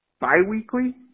Bi-weekly